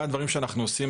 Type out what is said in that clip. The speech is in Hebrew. אחד הדברים שאנחנו עושים,